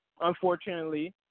unfortunately